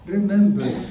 Remember